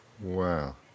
Wow